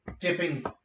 dipping